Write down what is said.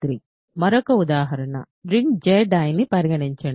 మరొక ఉదాహరణ రింగ్ Ziని పరిగణించండి